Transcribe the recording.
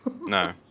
No